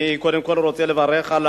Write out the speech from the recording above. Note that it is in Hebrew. אני קודם כול רוצה לברך על